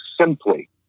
simply